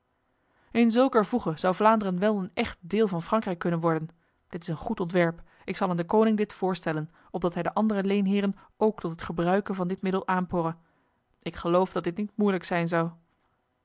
in zulker voege zou vlaanderen wel een echt deel van frankrijk kunnen worden dit is een goed ontwerp ik zal aan de koning dit voorstellen opdat hij de andere leenheren ook tot het gebruiken van dit middel aanporre ik geloof dat dit niet moeilijk zijn zou